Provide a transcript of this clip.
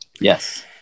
Yes